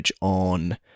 on